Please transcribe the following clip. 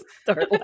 start